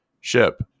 ship